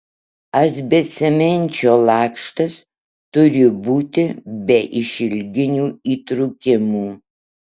asbestcemenčio lakštas turi būti be išilginių įtrūkimų